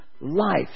life